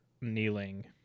kneeling